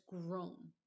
grown